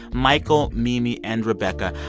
michael, mimi and rebecca.